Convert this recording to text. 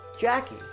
Jackie